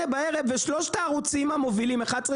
בערב בשלושת הערוצים המובילים 11,